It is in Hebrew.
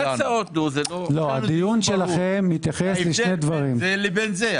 ההבדל בין זה לבין זה.